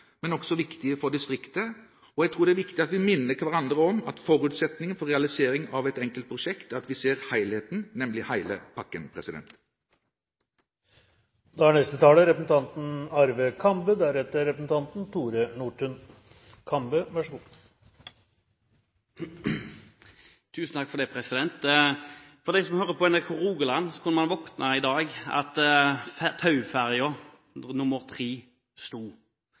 men det er også viktig for distriktet. Jeg tror det er viktig at vi minner hverandre om at forutsetningen for realiseringen av et enkelt prosjekt er at vi ser helheten, nemlig hele pakken. For dem som hører på NRK Rogaland: I dag kunne man våkne til at Tau-ferje, nr. 3, sto – og det er en veldig vanlig beskjed å få for dem som er avhengig av ferjetrafikk i